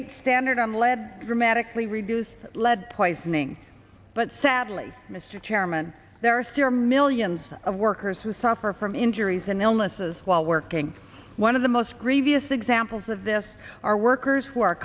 eight standard on lead dramatically reduced lead poisoning but sadly mr chairman there are still millions of workers who suffer from injuries and illnesses while working one of the most grevious examples of this are workers w